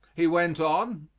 he went on,